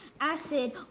Acid